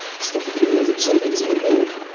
started realizing, something's going on.